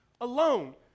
alone